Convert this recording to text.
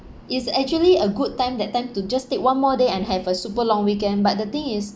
is actually a good time that time to just take one more day and have a super long weekend but the thing is